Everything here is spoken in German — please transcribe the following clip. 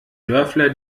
dörfler